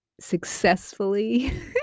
successfully